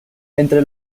entre